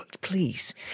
Please